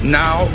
now